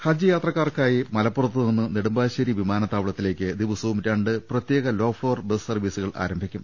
ഹജ്ജ് യാത്രക്കാർക്കായി മലപ്പുറത്തുനിന്ന് നെടുമ്പാ ശ്ശേരി വിമാനത്താവളത്തിലേക്ക് ദിവസവും രണ്ട് പ്രത്യേക ലോ ഫ്ളോർ ബ്ലസ് സർവ്വീസുകൾ ആരംഭി ക്കും